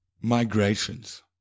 migrations